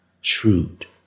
Shrewd